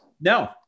No